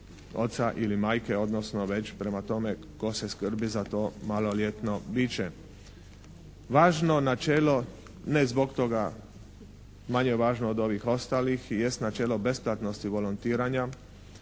oca ili majke, odnosno već prema tome tko se skrbi za to maloljetno biće. Važno načelo, ne zbog toga manje važno od ovih ostalih i jest načelo besplatnosti volontiranja,